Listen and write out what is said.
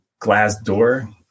Glassdoor